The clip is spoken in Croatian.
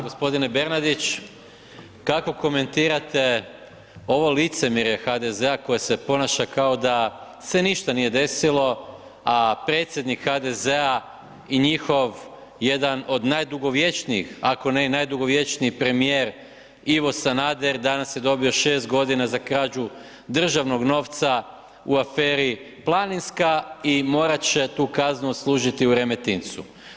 Gospodine Bernadić, kako komentirate ovo licemjerne HDZ-a koje se ponaša kao da se ništa nije desilo, a predsjednik HDZ-a i njihov jedan od najdugovječnijih ako ne i najdugovječniji premjer Ivo Sanader, danas je dobio 6 g. za krađu državnog novca u aferi Planinska i morati će tu kaznu služiti u Remetincu.